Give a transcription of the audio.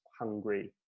hungry